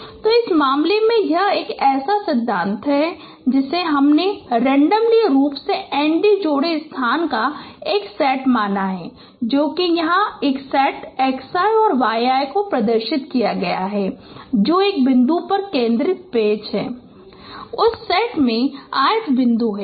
तो इस मामले में यह एक ऐसा सिद्धांत है जिसे हमने रैंडमली रूप से 𝑛𝑑 जोड़े स्थानों का एक सेट माना है जो कि यहां एक सेट 𝑥𝑖 𝑦𝑖 को दर्शाया गया है जो एक बिंदु पर केंद्रित पैच में उस सेट में 𝑖𝑡ℎ बिंदु है